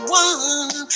one